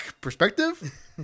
Perspective